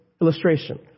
illustration